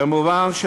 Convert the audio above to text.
כמובן,